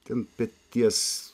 ten peties